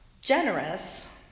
Generous